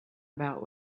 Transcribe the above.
about